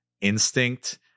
instinct